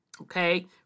okay